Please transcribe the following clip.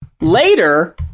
later